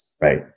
right